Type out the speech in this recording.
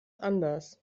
anders